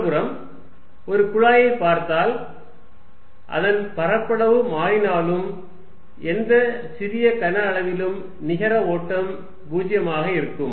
மறுபுறம் ஒரு குழாயைப் பார்த்தால் அதன் பரப்பளவு மாறினாலும் எந்த சிறிய கன அளவிலும் நிகர ஓட்டம் 0 ஆக இருக்கும்